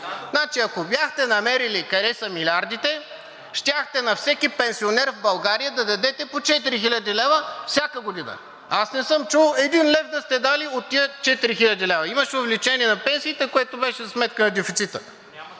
лв.? Ако бяхте намерили къде са милиардите, щяхте на всеки пенсионер в България да дадете по 4 хиляди лв. всяка година. Аз не съм чул един лев да сте дали от тези 4 хиляди лв.? Имаше увеличение на пенсиите, което беше за сметка на дефицита.